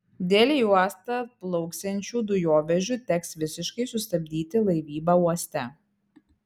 dėl į uostą atplauksiančių dujovežių teks visiškai sustabdyti laivybą uoste